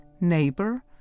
neighbor